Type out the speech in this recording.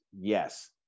Yes